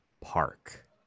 Park